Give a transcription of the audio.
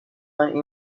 این